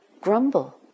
grumble